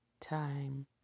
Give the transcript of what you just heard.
time